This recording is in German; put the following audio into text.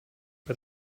bei